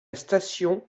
station